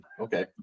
Okay